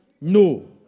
no